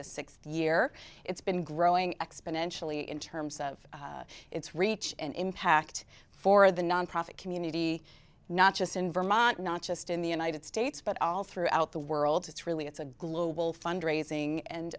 the sixth year it's been growing exponentially in terms of its reach and impact for the nonprofit community not just in vermont not just in the united states but all throughout the world it's really it's a glue fund raising and